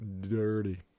dirty